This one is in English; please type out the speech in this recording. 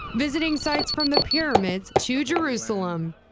visiting sites from the pyramids to jerusalem.